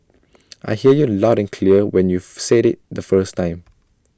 I hear you loud and clear when you've said IT the first time